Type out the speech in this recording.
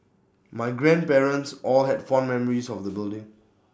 my grandparents all had fond memories of the building